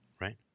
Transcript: right